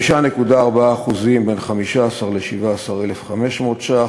5.4% בין 15,000 ל-17,500 ש"ח,